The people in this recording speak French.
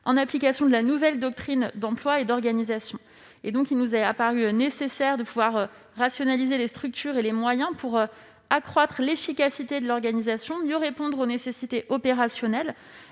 en application de la nouvelle doctrine d'emploi et d'organisation. Il nous est apparu nécessaire de rationaliser les structures et les moyens pour améliorer l'efficacité de l'organisation et mieux répondre aux nécessités opérationnelles.